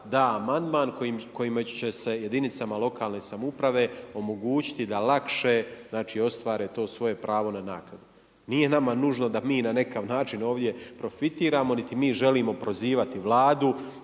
da amandman kojima će se jedinicama lokalne samouprave omogućiti da lakše ostvare to svoje pravo na naknadu. Nije nama nužno da mi na nekakav način ovdje profitiramo niti mi želim prozivati Vladu,